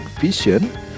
vision